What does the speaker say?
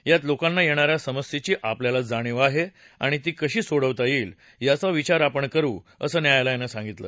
यात लोकांना येणाऱ्या समस्येची आपल्याला जाणीव आहे आणि ती कशी सोडवता येईल याचा विचार आपण करू असं न्यायालयानं सांगितलं